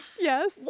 Yes